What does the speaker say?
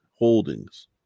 Holdings